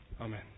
Amen